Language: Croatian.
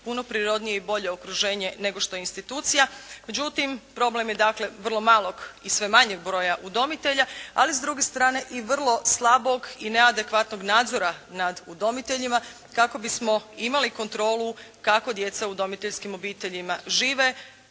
puno prirodnije i bolje okruženje nego što je institucija. Međutim, problem je dakle vrlo malog i sve manjeg broja udomitelja, ali s druge strane i vrlo slabog i neadekvatnog nadzora nad udomiteljima kako bismo imali kontrolu kako djeca u udomiteljskim obiteljima žive.